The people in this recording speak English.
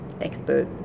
expert